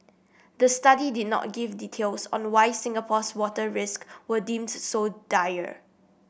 the study did not give details on why Singapore's water risk were deemed so dire